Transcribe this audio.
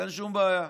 אין שום בעיה.